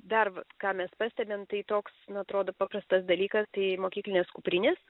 dar vat ką mes pastebim tai toks na atrodo paprastas dalykas tai mokyklinės kuprinės